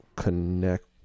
connect